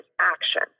action